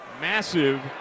Massive